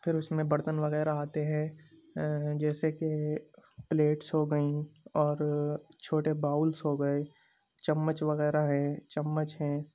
پھر اس میں برتن وغیرہ آتے ہیں جیسے کہ پلیٹس ہو گئیں اور چھوٹے باؤلس ہو گئے چمچ وغیرہ ہیں چمچ ہیں